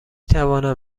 توانم